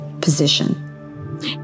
position